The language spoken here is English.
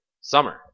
Summer